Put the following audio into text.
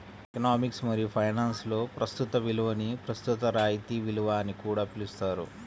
economics మరియు ఫైనాన్స్లో ప్రస్తుత విలువని ప్రస్తుత రాయితీ విలువ అని కూడా పిలుస్తారు